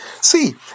See